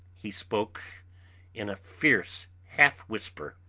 he spoke in a fierce half-whisper